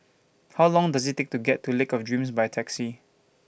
How Long Does IT Take to get to Lake of Dreams By Taxi